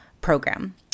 program